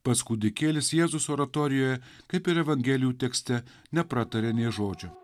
pats kūdikėlis jėzus oratorijoje kaip ir evangelijų tekste neprataria nė žodžio